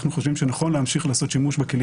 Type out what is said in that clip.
אנחנו חושבים שנכון להמשיך לעשות שימוש בכלים